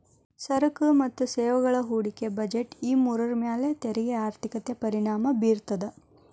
ಸರಕು ಮತ್ತ ಸೇವೆಗಳ ಹೂಡಿಕೆ ಬಜೆಟ್ ಈ ಮೂರರ ಮ್ಯಾಲೆ ತೆರಿಗೆ ಆರ್ಥಿಕತೆ ಪರಿಣಾಮ ಬೇರ್ತದ